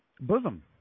Bosom